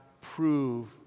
prove